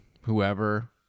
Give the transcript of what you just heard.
whoever